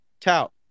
Tout